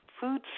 food